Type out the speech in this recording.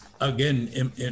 again